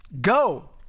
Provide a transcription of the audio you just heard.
go